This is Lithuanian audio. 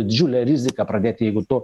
didžiulė rizika pradėti jeigu tu